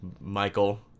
Michael